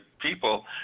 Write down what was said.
people